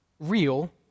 Real